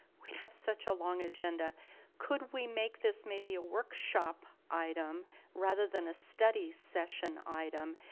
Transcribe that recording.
we have such a long agenda could we make this maybe a workshop item rather than a study session item?